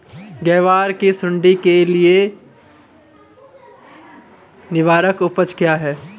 ग्वार की सुंडी के लिए निवारक उपाय क्या है?